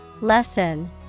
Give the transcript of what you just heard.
Lesson